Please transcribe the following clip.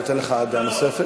אני נותן לך דעה נוספת.